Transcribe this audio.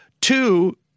Two